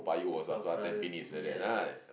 Safra yes